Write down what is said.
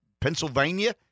Pennsylvania